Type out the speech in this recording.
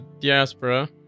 diaspora